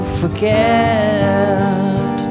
forget